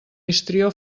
histrió